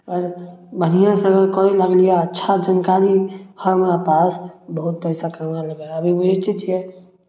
बढ़िआँसँ अगर करय लगलियै अच्छा जानकारी हइ हमरा पास बहुत पैसा कमा लेबै अभी बुझिते छियै